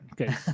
okay